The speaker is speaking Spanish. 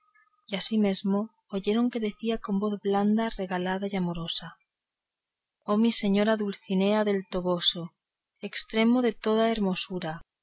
y asimesmo oyeron que decía con voz blanda regalada y amorosa oh mi señora dulcinea del toboso estremo de toda hermosura